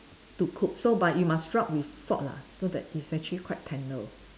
to cook so but you must rub with salt lah so that it's actually quite tender